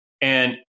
And-